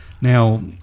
Now